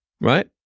right